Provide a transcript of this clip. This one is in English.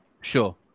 sure